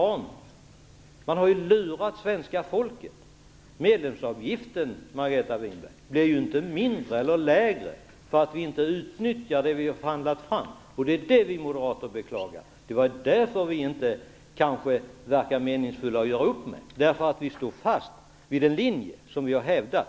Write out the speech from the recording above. Man har ju lurat svenska folket. Medlemsavgiften blir ju inte lägre, Margareta Winberg, därför att vi inte utnyttjar det som vi har förhandlat fram. Det är det som vi moderater beklagar. Att det kanske inte verkar meningsfullt att göra upp med oss kan bero på att vi står fast vid den linje som vi har hävdat.